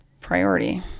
priority